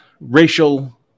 racial